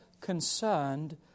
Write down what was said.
concerned